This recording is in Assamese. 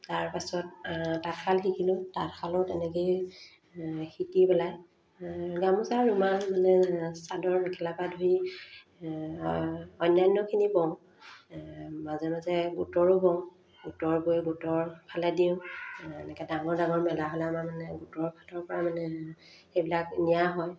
তাৰপাছত তাঁতশাল শিকিলোঁ তাঁতশালো তেনেকৈয়ে শিকি পেলাই গামোচা ৰুমাল মানে চাদৰ মেখেলাৰপৰা ধৰি অন্যান্যখিনি বওঁ মাজে মাজে গোটৰো বওঁ গোটৰ বৈ গোটৰফালে দিওঁ এনেকৈ ডাঙৰ ডাঙৰ মেলা হ'লে আমাৰ মানে গোটৰফালৰপৰা মানে সেইবিলাক নিয়া হয়